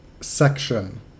section